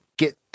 get